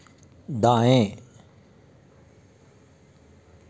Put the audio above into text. दाएँ